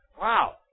Wow